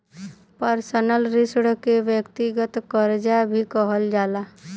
personal ऋण के व्यक्तिगत करजा भी कहल जाला